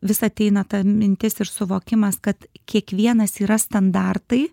vis ateina ta mintis ir suvokimas kad kiekvienas yra standartai